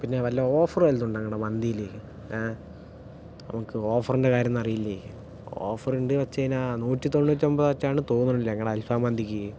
പിന്നെ വല്ല ഓഫറു വല്ലതും ഉണ്ടോ നിങ്ങളുടെ മന്തീല് എനിക്ക് ഓഫറിൻ്റെ കാര്യമൊന്നും അറിയില്ലേ ഓഫറുണ്ടെന്ന് വച്ച് കഴിഞ്ഞാൽ നൂറ്റിതൊണ്ണൂറ്റൊമ്പത് വച്ചാണ് തോന്നാണു ഇല്ലേ നിങ്ങളെ അൽഫം മന്തിക്ക്